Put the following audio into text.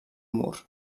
mur